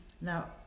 Now